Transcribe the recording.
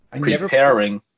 preparing